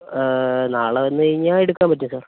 നാളെ വന്നുകഴിഞ്ഞാൽ എടുക്കാം പറ്റും സർ